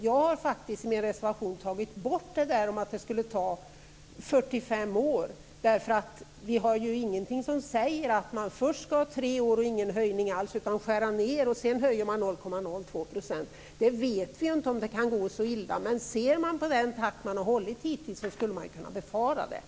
Jag har i min reservation tagit bort detta att det skulle ta 45 år, eftersom det inte är någonting som säger att man först under tre år inte skall göra någon höjning alls utan skära ned och sedan göra en höjning med 0,02 %. Vi vet inte om det kan gå så illa. Men om man ser vilken takt som hittills har hållits skulle man kunna befara detta.